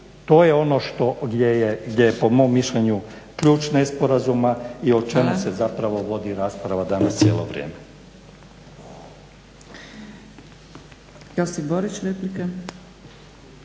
To je ono gdje je po mom mišljenju ključ nesporazuma i o čemu se zapravo vodi rasprava danas cijelo vrijeme.